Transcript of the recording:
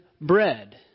bread